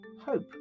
Hope